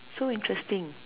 so interesting